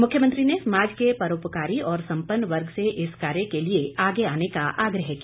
मुख्यमंत्री ने समाज के परोपकारी और सम्पन्न वर्ग से इस कार्य के लिए आगे आने का आग्रह किया